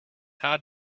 hard